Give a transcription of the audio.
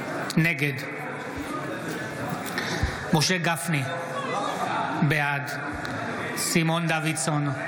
נגד משה גפני, בעד סימון דוידסון,